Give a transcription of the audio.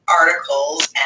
articles